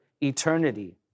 eternity